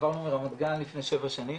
מרמת גן לפני 7 שנים.